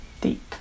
deep